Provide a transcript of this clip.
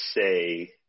say